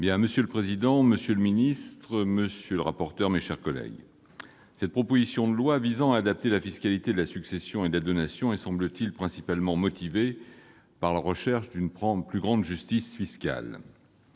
Monsieur le président, monsieur le secrétaire d'État, mes chers collègues, cette proposition de loi visant à adapter la fiscalité de la succession et de la donation est, semble-t-il, principalement motivée par la recherche d'une plus grande justice fiscale.